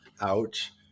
Ouch